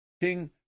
King